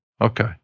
Okay